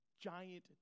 giant